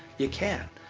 you can't.